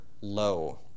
low